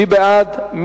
מי בעד,